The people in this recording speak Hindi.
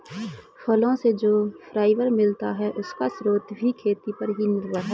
फलो से जो फाइबर मिलता है, उसका स्रोत भी खेती पर ही निर्भर है